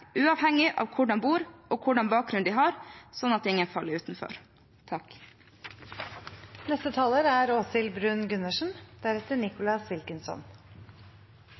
uavhengig av hvor man bor og hvilken bakgrunn man har, slik at ingen faller utenfor.